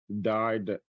died